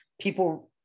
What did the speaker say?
people